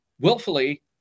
willfully